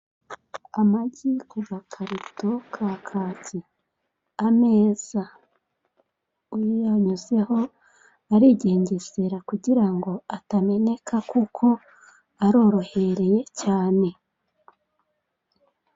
Amagi ku gakarito ka kaki, ameza uyanyuzeho arigengesera kugira ngo atameneka kuko arorohereye cyane.